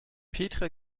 petra